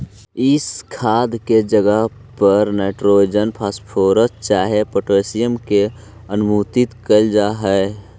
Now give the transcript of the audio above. ई खाद के जगह पर नाइट्रोजन, फॉस्फोरस चाहे पोटाशियम के आपूर्ति कयल जा हई